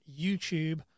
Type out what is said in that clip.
youtube